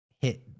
hit